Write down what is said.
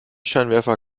scheinwerfer